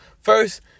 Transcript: first